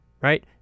right